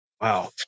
Wow